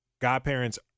godparents